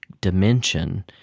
dimension